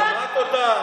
מירב, תודה רבה.